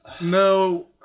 No